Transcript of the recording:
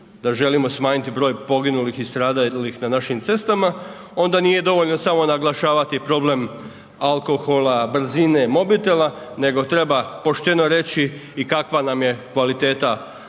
da želimo smanjiti broj poginulih i stradalih na našim cestama, onda nije dovoljno samo naglašavati problem alkohola, brzine, mobitela, nego treba pošteno reći i kakva nam je kvaliteta